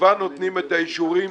כבר נותנים את האישורים.